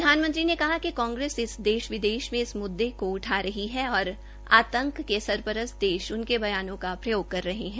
प्रधानमंत्री ने कहा कि कांग्रेस देश विदेश मे इस मुद्दे को उठा रही है और आंतक के सरपरस्त देश उनके बयानों का प्रयोग कर रहे है